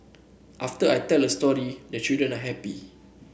after I tell a story the children are happy